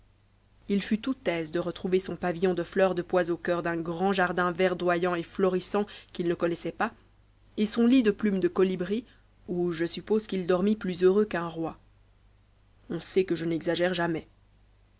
h fut tout aise de retrouver son pavillon de fleurs de pois au cœur d'un grand jardin verdoyant et florissant qu'il ne se connaissait pas et son lit de plumes de colibri où je suppose qu'il dormit plus heureux qu'un roi on sait que je n'exagère jamais